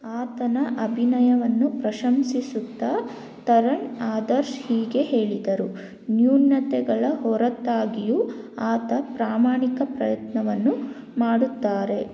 ಆತನ ಅಭಿನಯವನ್ನು ಪ್ರಶಂಸಿಸುತ್ತಾ ತರಣ್ ಆದರ್ಶ್ ಹೀಗೆ ಹೇಳಿದರು ನ್ಯೂನ್ಯತೆಗಳ ಹೊರತಾಗಿಯೂ ಆತ ಪ್ರಾಮಾಣಿಕ ಪ್ರಯತ್ನವನ್ನು ಮಾಡುತ್ತಾರೆ